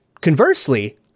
conversely